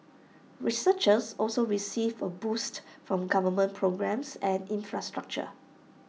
researchers also received A boost from government programmes and infrastructure